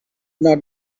not